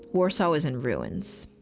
warsaw was in ruins.